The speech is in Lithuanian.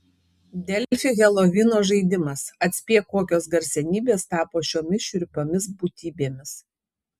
delfi helovino žaidimas atspėk kokios garsenybės tapo šiomis šiurpiomis būtybėmis